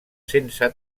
sense